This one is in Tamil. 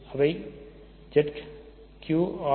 அவை யாவை